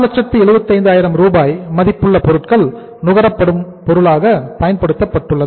675000 ரூபாய் மதிப்புள்ள பொருட்கள் நுகரப்படும் பொருளாக பயன்படுத்தப்பட்டுள்ளது